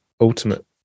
ultimate